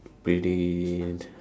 pretty